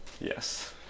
Yes